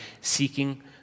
seeking